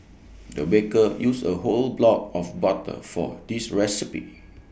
the baker used A whole block of butter for this recipe